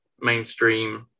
mainstream